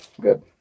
good